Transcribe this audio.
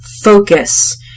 focus